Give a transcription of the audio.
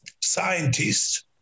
scientists